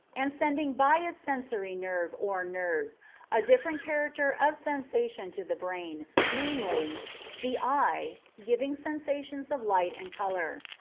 and sending by its sensory nerve or nerves a different character of sensation to the brain, namely the eye, giving sensations of light and color.